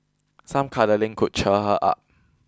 some cuddling could cheer her up